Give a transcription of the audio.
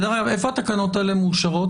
דרך אגב, איפה התקנות האלה מאושרות?